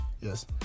Yes